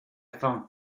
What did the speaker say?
found